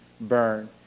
Burn